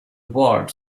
word